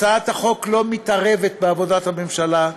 הצעת החוק אינה מתערבת בעבודת הממשלה,